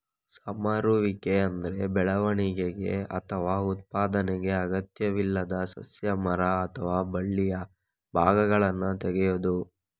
ಸಮರುವಿಕೆ ಅಂದ್ರೆ ಬೆಳವಣಿಗೆ ಅಥವಾ ಉತ್ಪಾದನೆಗೆ ಅಗತ್ಯವಿಲ್ಲದ ಸಸ್ಯ, ಮರ ಅಥವಾ ಬಳ್ಳಿಯ ಭಾಗಗಳನ್ನ ತೆಗೆಯುದು